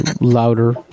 louder